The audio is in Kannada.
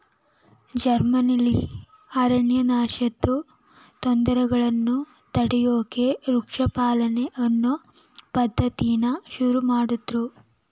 ಜರ್ಮನಿಲಿ ಅರಣ್ಯನಾಶದ್ ತೊಂದ್ರೆಗಳನ್ನ ತಡ್ಯೋಕೆ ವೃಕ್ಷ ಪಾಲನೆ ಅನ್ನೋ ಪದ್ಧತಿನ ಶುರುಮಾಡುದ್ರು